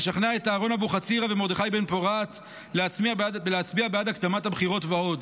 לשכנע את אהרן אבוחצירא ומרדכי בן פורת להצביע בעד הקדמת הבחירות ועוד.